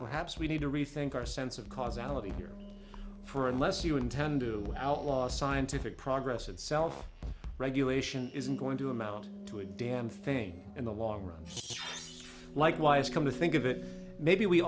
perhaps we need to rethink our sense of causality here for unless you intend to outlaw scientific progress and self regulation isn't going to amount to a damn thing in the long run streets likewise come to think of it maybe we